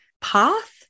path